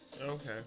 Okay